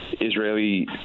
Israeli